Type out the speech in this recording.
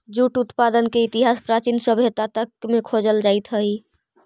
jute उत्पादन के इतिहास प्राचीन सभ्यता तक में खोजल जाइत हई